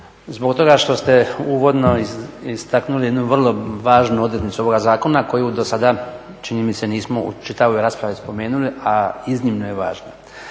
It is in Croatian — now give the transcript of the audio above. zbog toga što ste uvodno istaknuli jednu vrlo važnu odrednicu ovoga zakona koju do sada čini mi se nismo u čitavoj raspravi spomenuli, a iznimno je važna.